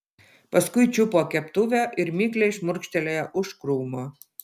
paskui čiupo keptuvę ir mikliai šmurkštelėjo už krūmo